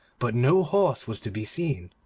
but no horse was to be seen,